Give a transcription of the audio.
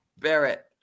Barrett